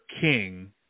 king